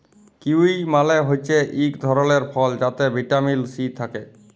kiwi মালে হছে ইক ধরলের ফল যাতে ভিটামিল সি থ্যাকে